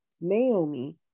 Naomi